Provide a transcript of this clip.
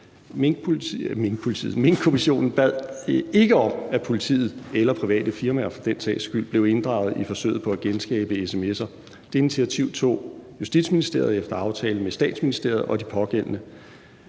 Minkkommissionen bad ikke om, at politiet eller private firmaer for den sags skyld blev inddraget i forsøget på at genskabe sms'er. Det initiativ tog Justitsministeriet efter aftale med Statsministeriet og de pågældende.